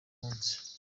munsi